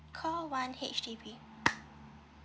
call one H_D_B